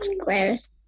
squares